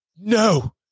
no